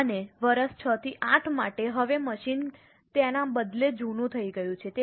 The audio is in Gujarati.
અને વર્ષ 6 થી 8 માટે હવે મશીન તેના બદલે જૂનું થઈ ગયું છે